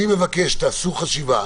תעשו חשיבה.